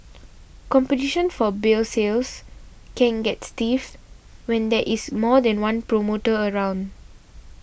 competition for beer sales can get stiff when there is more than one promoter around